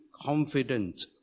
confident